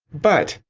but,